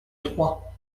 trois